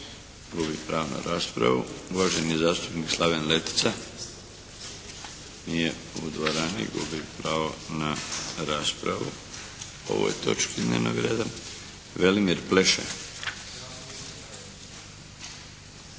Uvaženi zastupnik Slaven Letica. Nije u dvorani. Gubi pravo na raspravu po ovoj točki dnevnog reda.